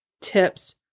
tips